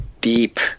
deep